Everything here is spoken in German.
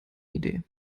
idee